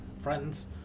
friends